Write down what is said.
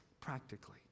practically